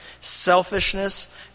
selfishness